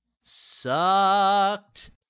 sucked